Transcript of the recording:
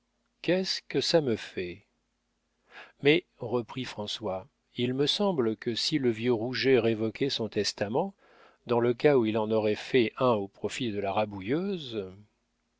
qu'est-ce que ça me fait mais reprit françois il me semble que si le vieux rouget révoquait son testament dans le cas où il en aurait fait un au profit de la rabouilleuse